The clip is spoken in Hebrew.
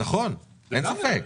אין ספק,